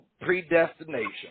predestination